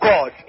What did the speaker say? God